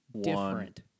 different